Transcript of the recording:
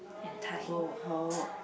so how